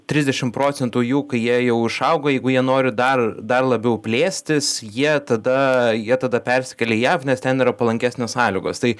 trisdešimt procentų jų kai jie jau išaugo jeigu jie nori dar dar labiau plėstis jie tada jie tada persikėlė į jav nes ten yra palankesnės sąlygos tai